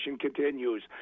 continues